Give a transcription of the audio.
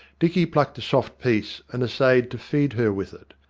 dicky plucked a soft piece and essayed to feed her with it,